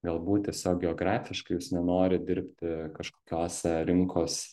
galbūt tiesiog geografiškai jūs nenorit dirbti kažkokiose rinkos